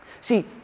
See